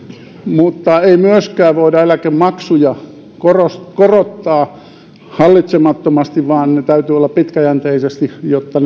mutta ei myöskään voida eläkemaksuja korottaa hallitsemattomasti vaan täytyy toimia pitkäjänteisesti jotta